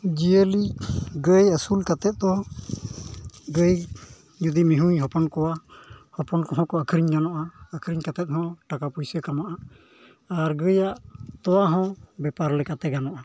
ᱡᱤᱭᱟᱹᱞᱤ ᱜᱟᱹᱭ ᱟᱹᱥᱩᱞ ᱠᱟᱛᱮᱫ ᱫᱚ ᱜᱟᱹᱭ ᱡᱩᱫᱤ ᱢᱤᱭᱦᱩᱭ ᱦᱚᱯᱚᱱ ᱠᱚᱣᱟ ᱦᱚᱯᱚᱱ ᱠᱚᱦᱚᱸ ᱠᱚ ᱟᱹᱠᱷᱨᱤᱧ ᱧᱟᱢᱚᱜᱼᱟ ᱟᱹᱠᱷᱨᱤᱧ ᱠᱟᱛᱮᱫ ᱦᱚᱸ ᱴᱟᱠᱟ ᱯᱩᱭᱥᱟᱹ ᱠᱟᱢᱟᱜᱼᱟ ᱟᱨ ᱜᱟᱹᱭᱟᱜ ᱛᱳᱣᱟ ᱦᱚᱸ ᱵᱮᱯᱟᱨ ᱞᱮᱠᱟᱛᱮ ᱜᱟᱱᱚᱜᱼᱟ